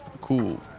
Cool